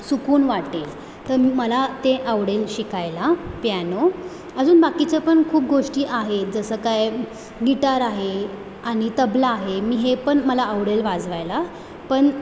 सुकून वाटेल तर मला ते आवडेल शिकायला प्यानो अजून बाकीच्या पण खूप गोष्टी आहेत जसं काय गिटार आहे आणि तबला आहे आणि हे पण मला आवडेल वाजवायला पण